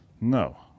No